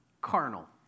Carnal